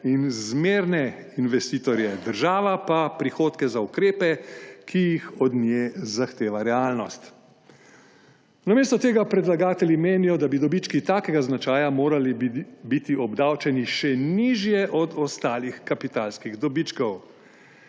in zmerne investitorje, država pa prihodke za ukrepe, ki jih od nje zahteva realnost. Namesto tega predlagatelji menijo, da bi dobički takega značaja morali biti obdavčeni še nižje od ostalih kapitalskih dobičkov.